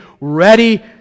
ready